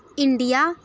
India